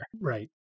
Right